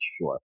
sure